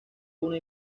una